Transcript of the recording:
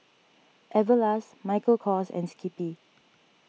Everlast Michael Kors and Skippy